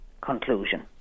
conclusion